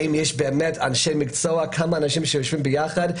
האם יש באמת אנשי מקצוע, כמה אנשים שיושבים ביחד?